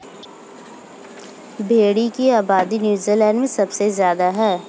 भेड़ों की आबादी नूज़ीलैण्ड में सबसे ज्यादा है